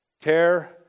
tear